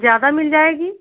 ज़्यादा मिल जाएगी